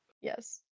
yes